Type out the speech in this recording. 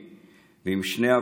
ועם אימא מימי,